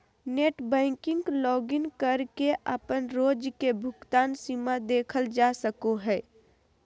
net banking login करके अपन रोज के भुगतान सीमा देखल जा सको हय